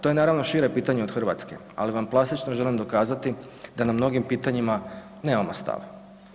To je naravno šire pitanje od Hrvatske, ali vam plastično želim dokazati da na mnogim pitanjima nemamo stav.